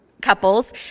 couples